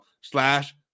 slash